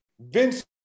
Vincent